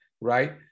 right